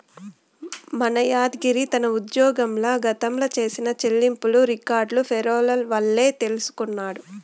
మన యాద్గిరి తన ఉజ్జోగంల గతంల చేసిన చెల్లింపులు రికార్డులు పేరోల్ వల్లే తెల్సికొన్నాడు